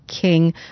King